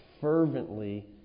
fervently